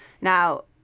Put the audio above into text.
Now